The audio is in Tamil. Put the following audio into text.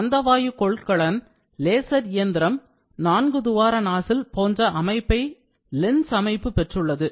மந்தவாயு கொள்கலன் லேசர் இயந்திரம் நான்கு துவார நாசில் போன்ற அமைப்பை லென்ஸ் அமைப்பு பெற்றுள்ளது